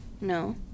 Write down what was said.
No